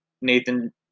Nathan